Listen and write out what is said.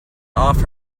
off